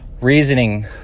reasoning